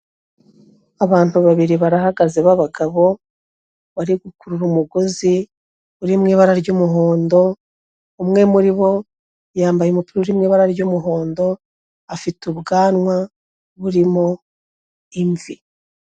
Abantu babiri barahagaze b'abagabo, bari gukurura umugozi uri mu ibara ry'umuhondo, umwe muri bo yambaye umupira uri mu ibara ry'umuhondo, afite ubwanwa burimo imvi.